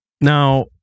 now